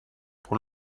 pour